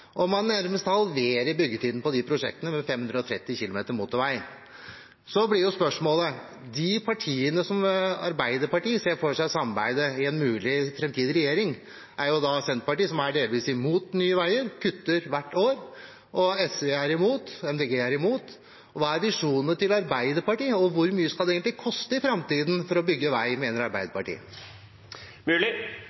og man nærmest halverer byggetiden på prosjektene, med 530 km motorvei. Da blir spørsmålet: Når det gjelder de partiene Arbeiderpartiet ser for seg å samarbeide med i en mulig framtidig regjering, er Senterpartiet delvis imot Nye veier, de kutter hvert år, SV er imot og MGD er imot. Hva er visjonene til Arbeiderpartiet? Og hvor mye skal det egentlig koste i framtiden å bygge vei, mener